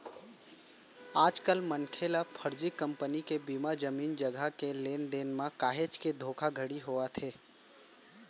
आजकल मनसे ल फरजी कंपनी के बीमा, जमीन जघा के लेन देन म काहेच के धोखाघड़ी होवत हे